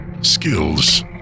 skills